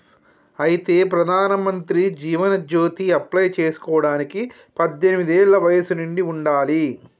అయితే ప్రధానమంత్రి జీవన్ జ్యోతి అప్లై చేసుకోవడానికి పద్దెనిమిది ఏళ్ల వయసు నిండి ఉండాలి